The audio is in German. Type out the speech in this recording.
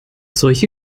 solche